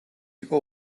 იყო